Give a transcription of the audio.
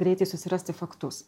greitai susirasti faktus